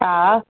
हा